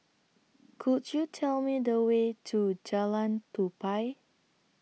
Could YOU Tell Me The Way to Jalan Tupai